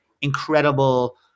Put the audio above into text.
incredible